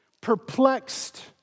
perplexed